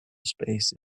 space